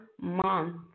month